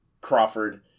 Crawford